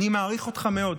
אני מעריך אותך מאוד,